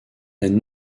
and